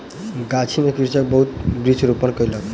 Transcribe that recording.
गाछी में कृषक बहुत वृक्ष रोपण कयलक